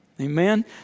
Amen